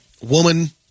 woman